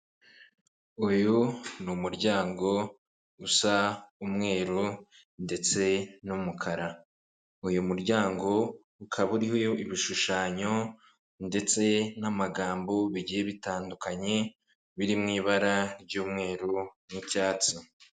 Uyu ni umuryango usa umweru ndetse n'umukara. Uyu muryango ukaba uriho ibishushanyo ndetse n'amagambo bigiye bitandukanye, biri mu ibara ry'umweru n'icyatsi.